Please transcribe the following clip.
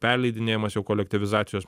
perleidinėjamas jau kolektyvizacijos